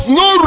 no